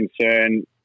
concern